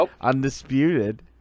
undisputed